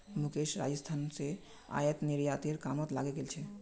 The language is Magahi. मुकेश राजस्थान स आयात निर्यातेर कामत लगे गेल छ